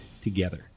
together